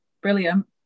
brilliant